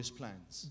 plans